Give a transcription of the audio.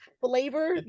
flavor